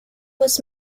was